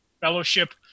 fellowship